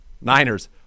Niners